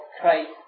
Christ